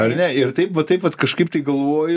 ar ne ir taip va taip vat kažkaip tai galvoji